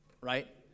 Right